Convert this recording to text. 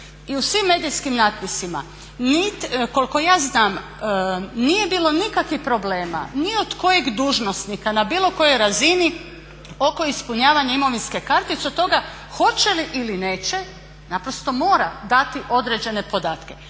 i u svim medijskim natpisima koliko ja znam nije bilo nikakvih problema, ni od kojeg dužnosnika na bilo kojoj razini oko ispunjavanja imovinske kartice od toga hoće li ili neće, naprosto mora dati određene podatke.